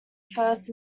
first